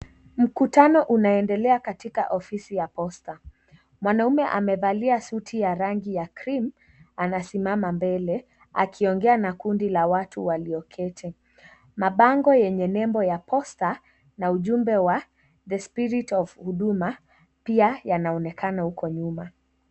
Mkutano unaendelea katika ofisi ya posta, mwanaume amevalia suti ya rangi ya (CS)cream(CS) anasimama mbele akiongea na kundi la watu walioketi. Mabango yenye nembo ya posta na ujumbe wa the spirit of huduma pia yanaonekana uko nyuma.